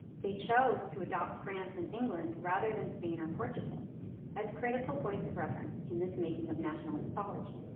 they chose to adopt france and england rather than spain or portugal as critical points of reference in this making of national mythology.